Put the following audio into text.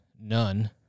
none